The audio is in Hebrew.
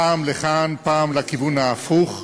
פעם לכאן, פעם לכיוון ההפוך.